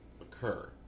occur